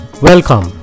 Welcome